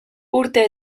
urte